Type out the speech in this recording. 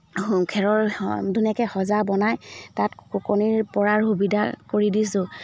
খেৰৰ ধুনীয়াকৈ সজা বনাই তাত কণীৰ পৰাৰ সুবিধা কৰি দিছো